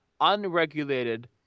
unregulated